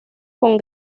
con